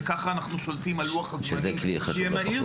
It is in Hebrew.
וככה אנחנו שולטים על לוח הזמנים שיהיה מהיר.